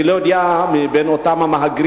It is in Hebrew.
אני לא יודע מי מגיע מבין אותם המהגרים,